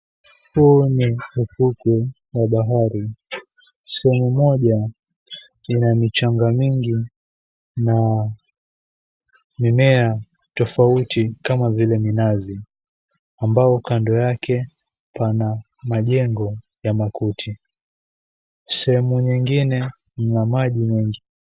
Huo ni ufukwe wa bahari, sehemu moja ina michanga mingi na mimea tofauti kama vile minazi, ambao kando yake pana jengo ya makuti sehemu nyingine ina maji mengi.